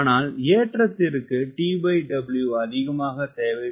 ஆனால் ஏற்றத்திற்கு TW அதிகமாக தேவைப்படும்